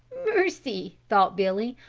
mercy! thought billy,